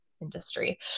industry